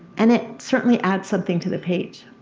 and it certainly adds something to the page.